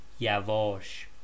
yavosh